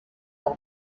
per